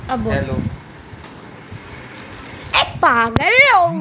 Amul pattern एक व्यापक अवधारणा है